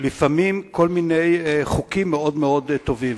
לפעמים כל מיני חוקים מאוד מאוד טובים.